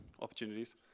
opportunities